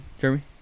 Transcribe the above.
Jeremy